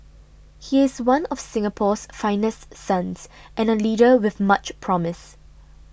he is one of Singapore's finest sons and a leader with much promise